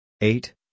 Eight